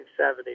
1970